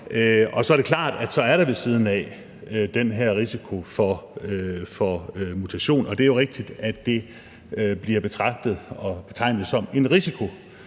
og så er det klart, at så er der ved siden af den her risiko for mutation. Det er jo rigtigt, at det bliver betragtet og betegnet som en risiko